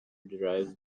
derives